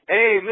Hey